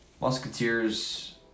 Musketeers